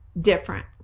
different